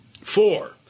Four